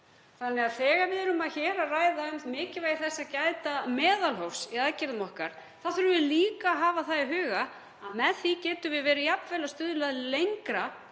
Þannig að þegar við ræðum hér um mikilvægi þess að gæta meðalhófs í aðgerðum okkar þá þurfum við líka að hafa það í huga að með því getum við jafnvel verið að stuðla að lengra